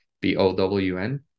b-o-w-n